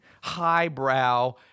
highbrow